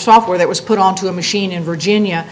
software that was put onto a machine in virginia